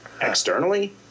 externally